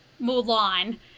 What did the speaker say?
Mulan